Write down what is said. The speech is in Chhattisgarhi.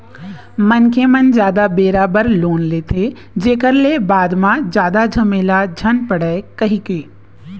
मनखे मन जादा बेरा बर लोन लेथे, जेखर ले बाद म जादा झमेला झन पड़य कहिके